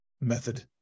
method